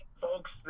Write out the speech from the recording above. Folks